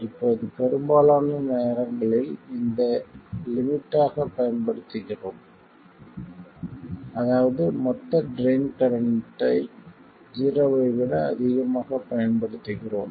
இப்போது பெரும்பாலான நேரங்களில் இதை லிமிட்டாகப் பயன்படுத்துகிறோம் அதாவது மொத்த ட்ரைன் கரண்ட்டை ஜீரோவை விட அதிகமாகப் பயன்படுத்துகிறோம்